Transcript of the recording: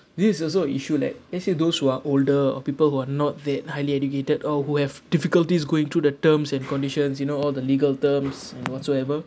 this is also an issue like let's say those who are older or people who are not that highly educated or who have difficulties going through the terms and conditions you know all the legal terms and whatsoever